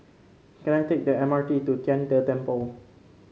can I take the M RT to Tian De Temple